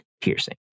piercing